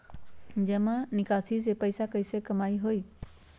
जमा निकासी से पैसा कईसे कमाई होई?